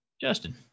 Justin